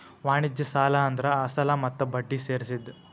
ವಾಣಿಜ್ಯ ಸಾಲ ಅಂದ್ರ ಅಸಲ ಮತ್ತ ಬಡ್ಡಿ ಸೇರ್ಸಿದ್